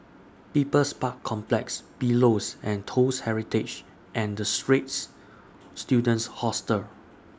People's Park Complex Pillows and Toast Heritage and The Straits Students Hostel